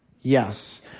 Yes